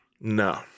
no